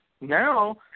Now